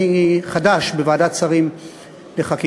אני חדש בוועדת השרים לחקיקה,